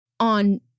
on